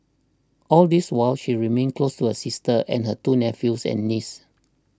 all this while she remained close to her sister and her two nephews and niece